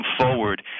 forward